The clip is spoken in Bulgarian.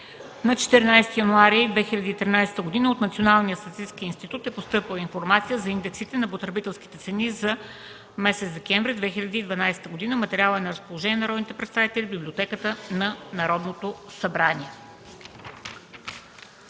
На 14 януари 2013 г. от Националния статистически институт е постъпила информация за индексите на потребителските цени за месец декември 2012 г. Материалът е на разположение на народните представители в Библиотеката на Народното събрание.